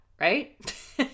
right